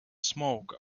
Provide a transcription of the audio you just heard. smoke